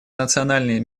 национальный